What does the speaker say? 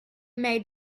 may